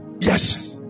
Yes